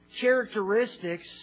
characteristics